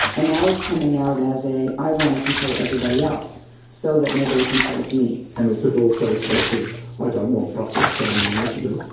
and now it's coming out as a i want to control everybody else so that nobody controls me. and is it also a case of i don't want brussels telling me what to do?